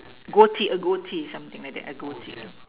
goatee a goatee something like that a goatee